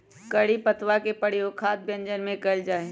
करी पत्तवा के प्रयोग खाद्य व्यंजनवन में कइल जाहई